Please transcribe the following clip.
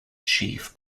chief